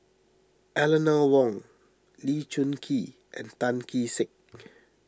Eleanor Wong Lee Choon Kee and Tan Kee Sek